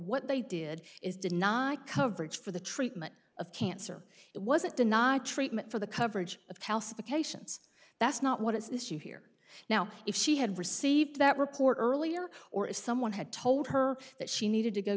what they did is did not coverage for the treatment of cancer it wasn't denied treatment for the coverage of calcifications that's not what it's you hear now if she had received that report earlier or if someone had told her that she needed to go